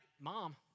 mom